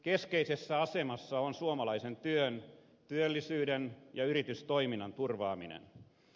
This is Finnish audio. keskeisessä asemassa on suomalaisen työn työllisyyden ja yritystoiminnan turvaaminen